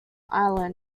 island